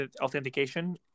authentication